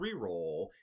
reroll